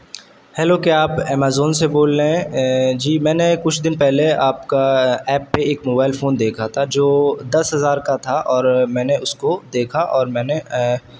hello کیا آپ Amazon سے بول رہے ہیں جی میں نے کچھ دن پہلے آپ کا ایپ پہ ایک موبائل فون دیکھا تھا جو دس ہزار کا تھا اور میں نے اس کو دیکھا اور میں نے